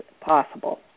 possible